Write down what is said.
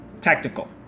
tactical